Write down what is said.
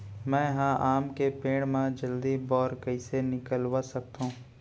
मैं ह आम के पेड़ मा जलदी बौर कइसे निकलवा सकथो?